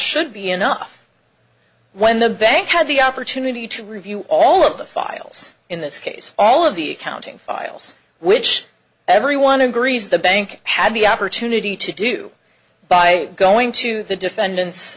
should be enough when the bank had the opportunity to review all of the files in this case all of the accounting files which everyone agrees the bank had the opportunity to do by going to the defendant's